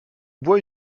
bois